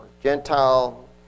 Gentile